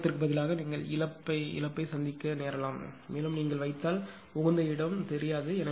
ஆதாயத்திற்குப் பதிலாக நீங்கள் இழப்பவராகவும் ஆகலாம் மேலும் நீங்கள் வைத்தால் உகந்த இடம் தெரியாது